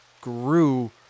grew